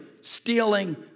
stealing